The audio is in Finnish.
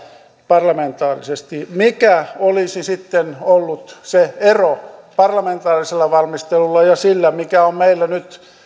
parlamentaarisesti mikä olisi sitten ollut se ero parlamentaarisella valmistelulla ja sillä mikä on meillä nyt